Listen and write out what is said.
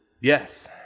Yes